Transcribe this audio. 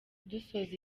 dusoza